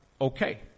okay